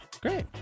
Great